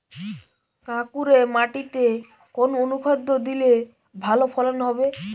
কাঁকুরে মাটিতে কোন অনুখাদ্য দিলে ভালো ফলন হবে?